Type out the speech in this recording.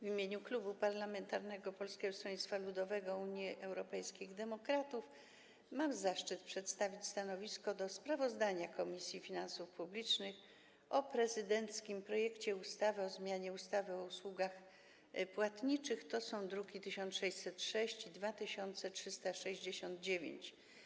W imieniu Klubu Poselskiego Polskiego Stronnictwa Ludowego - Unii Europejskich Demokratów mam zaszczyt przedstawić stanowisko wobec sprawozdania Komisji Finansów Publicznych o prezydenckim projekcie ustawy o zmianie ustawy o usługach płatniczych, druki nr 1606 i 2369.